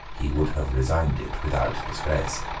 he would have resigned it without disgrace.